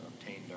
obtained